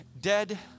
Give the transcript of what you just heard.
dead